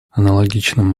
аналогичным